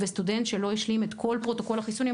וסטודנט שלא השלים את כל פרוטוקול החיסונים,